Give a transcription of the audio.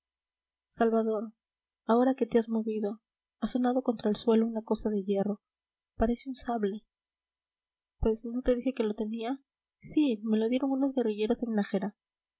salvador ahora que te has movido ha sonado contra el suelo una cosa de hierro parece un sable pues no te dije que lo tenía sí me lo dieron unos guerrilleros